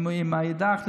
ומצד שני,